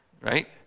right